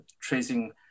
tracing